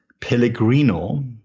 Pellegrino